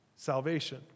salvation